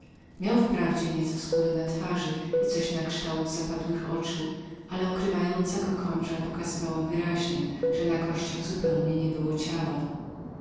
miał wprawdzie nieco skóry na twarzy i coś nakształt zapadłych oczu ale okrywająca go opończa wyraźnie pokazywała że na kościach zupełnie nie było ciała